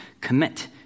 Commit